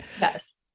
yes